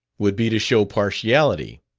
would be to show partiality.